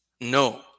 no